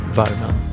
värmen